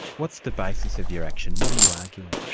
what's the basis of your action, what are you arguing?